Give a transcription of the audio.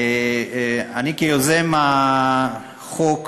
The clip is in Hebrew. כיוזם החוק,